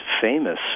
famous